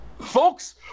folks